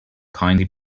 kindly